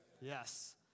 yes